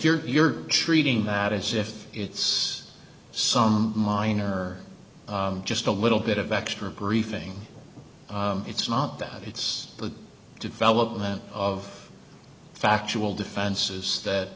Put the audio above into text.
you're treating that as if it's some minor just a little bit of extra briefing it's not that it's the development of factual defenses that